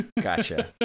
gotcha